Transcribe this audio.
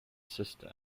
sister